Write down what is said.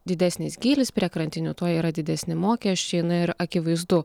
didesnis gylis prie krantinių tuo yra didesni mokesčiai na ir akivaizdu